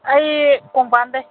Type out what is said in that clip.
ꯑꯩ ꯀꯣꯡꯄꯥꯟꯗꯒꯤ